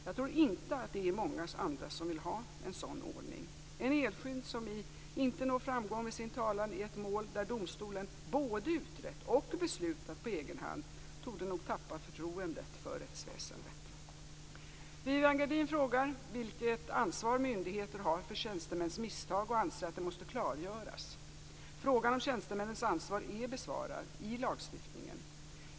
Jag tror inte att det är många andra som vill ha en sådan ordning. En enskild som inte når framgång med sin talan i ett mål där domstolen både utrett och beslutat på egen hand torde nog tappa förtroendet för rättsväsendet. Viviann Gerdin frågar vilket ansvar myndigheter har för tjänstemäns misstag och anser att det måste klargöras. Frågan om tjänstemännens ansvar är besvarad i lagstiftningen.